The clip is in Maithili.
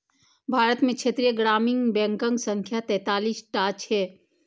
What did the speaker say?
भारत मे क्षेत्रीय ग्रामीण बैंकक संख्या तैंतालीस टा छै